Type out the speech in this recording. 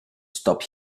stop